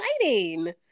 exciting